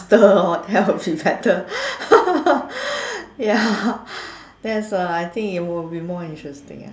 ~ter lor that will be better ya that's uh I think it will be more interesting eh